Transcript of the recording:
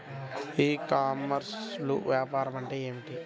ఈ కామర్స్లో వ్యాపారం అంటే ఏమిటి?